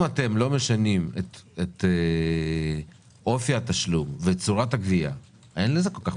אם אתם לא משנים את אופי התשלום וצורת הגבייה אז אין לזה כל כך משמעות.